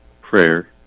prayer